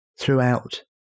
throughout